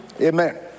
Amen